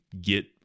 get